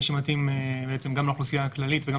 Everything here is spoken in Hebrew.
שמתאים גם לאוכלוסייה הכללית וגם